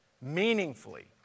meaningfully